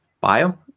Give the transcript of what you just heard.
bio